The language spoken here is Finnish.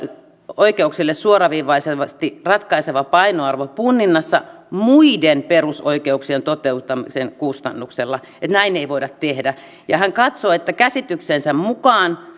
oikeuksille suoraviivaisesti ratkaiseva painoarvo punninnassa muiden perusoikeuksien toteutumisen kustannuksella eli näin ei voida tehdä ja hän katsoo että käsityksensä mukaan